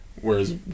whereas